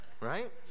Right